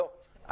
לא,